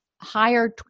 higher